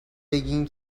بگین